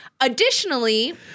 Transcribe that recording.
Additionally